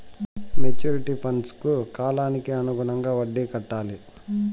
maturity ఫండ్కు కాలానికి అనుగుణంగా వడ్డీ కట్టాలి